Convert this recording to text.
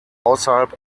außerhalb